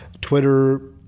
Twitter